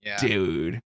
dude